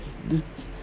this